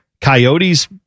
coyotes